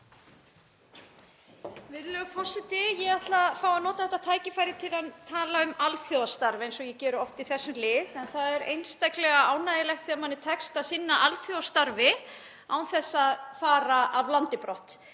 Virðulegur forseti. Ég ætla að fá að nota þetta tækifæri til að tala um alþjóðastarf, eins og ég geri oft undir þessum lið. Það er einstaklega ánægjulegt þegar manni tekst að sinna alþjóðastarfi án þess að fara af landi brott.